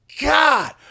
God